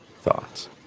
thoughts